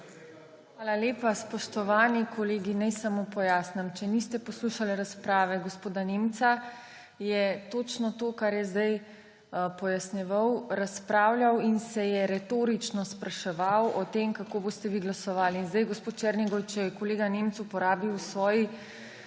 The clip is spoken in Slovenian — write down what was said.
Hvala lepa. Spoštovani kolegi, naj samo pojasnim. Če niste poslušali razprave gospoda Nemca, je točno to, kar je zdaj pojasnjeval, razpravljal in se je retorično spraševal o tem, kako boste vi glasovali. In zdaj, gospod Černigoj, če je kolega Nemec uporabil v